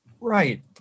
Right